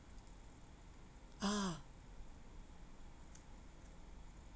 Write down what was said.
ah